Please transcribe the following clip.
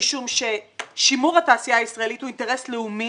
משום ששימור התעשייה הישראלית הוא אינטרס לאומי,